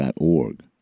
.org